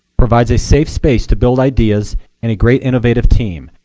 provides a safe space to build ideas and a great innovative team.